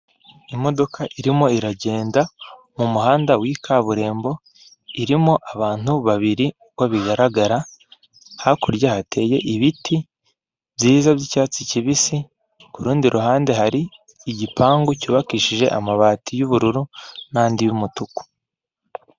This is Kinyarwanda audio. Imodoka irimo iragenda mu muhanda w'ikaburimbo irimo abantu babiri uko bigaragara, hakurya hateye ibiti byiza by'icyatsi kibisi, kurundi ruhande hari igipangu cyubakishije amabati y'ubururu n'andi y'umutuku.